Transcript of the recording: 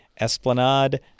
Esplanade